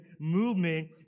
movement